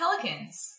Pelicans